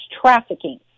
trafficking